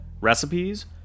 recipes